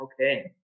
okay